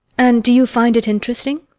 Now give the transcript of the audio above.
and do you find it interesting?